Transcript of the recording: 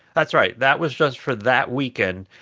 that's right. that was just for that weekend.